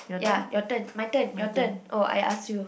ya your turn my turn your turn oh I ask you